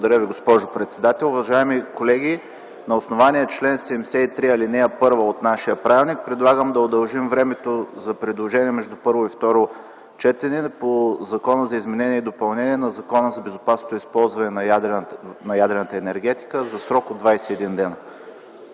Благодаря Ви, госпожо председател. Уважаеми колеги, на основание чл. 73, ал. 1 от нашия правилник, предлагам да удължим времето за предложения между първо и второ четене по Закона за изменение и допълнение на Закона за безопасното използване на ядрената енергия за срок от 21 дена.